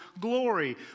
glory